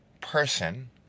person